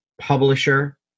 publisher